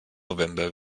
november